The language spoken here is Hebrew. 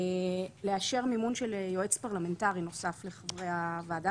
לאשר מימון של יועץ פרלמנטרי נוסף לחברי הוועדה,